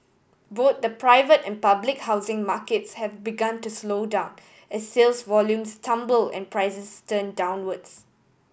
both the private and public housing markets have begun to slow down as sales volumes tumble and prices turn downwards